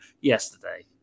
yesterday